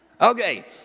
Okay